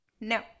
no